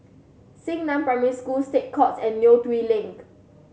Xingnan Primary School State Courts and Neo Tiew Lane